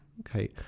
Okay